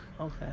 Okay